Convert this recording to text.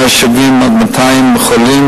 170 200 חולים,